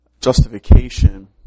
justification